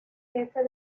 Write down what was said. jefe